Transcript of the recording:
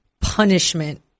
punishment